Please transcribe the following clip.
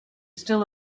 still